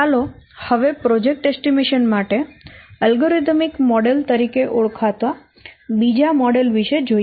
ચાલો હવે પ્રોજેક્ટ અંદાજ માટે અલ્ગોરિધમીક મોડેલ તરીકે ઓળખાતા બીજા મોડેલ વિશે જોઈએ